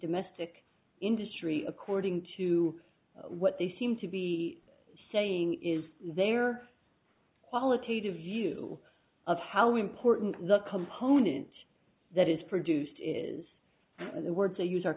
domestic industry according to what they seem to be saying is their qualitative view of how important the component that is produced is the words they use